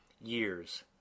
years